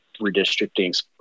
redistricting